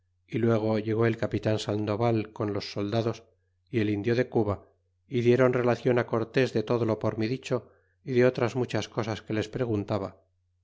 y luego ile gó el capitan sandoval con los soldados y el indio de cuba y dieron relacion cortés de todo lo por mí dicho y de otras muchas cosas que les preguntaba